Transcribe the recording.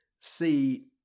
See